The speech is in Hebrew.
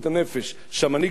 שהמנהיג נשכב על הגדר